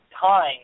time